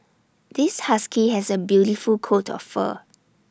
this husky has A beautiful coat of fur